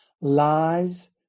Lies